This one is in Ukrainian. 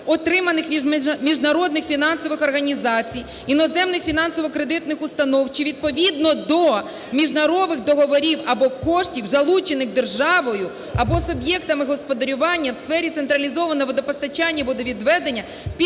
отриманих від міжнародних фінансових організацій, іноземних фінансово-кредитних установ чи відповідно до міжнародних договорів або коштів, залучених державою або суб'єктами господарювання у сфері централізованого водопостачання, водовідведення